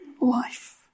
life